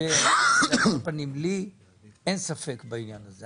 לכן עשיתי בזמנו את החוק הזה.